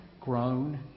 grown